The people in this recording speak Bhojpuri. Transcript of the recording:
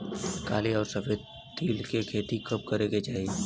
काली अउर सफेद तिल के खेती कब करे के चाही?